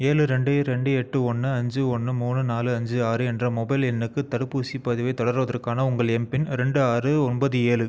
ஏழு ரெண்டு ரெண்டு எட்டு ஒன்று அஞ்சு ஒன்று மூணு நாலு அஞ்சி ஆறு என்ற மொபைல் எண்ணுக்கு தடுப்பூசிப் பதிவைத் தொடர்வதற்கான உங்கள் எம்பின் ரெண்டு ஆறு ஒன்பது ஏழு